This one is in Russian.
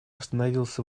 остановился